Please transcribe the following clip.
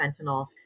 fentanyl